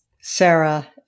Sarah